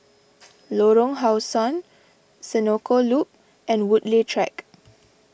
Lorong How Sun Senoko Loop and Woodleigh Track